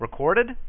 recorded